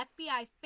FBI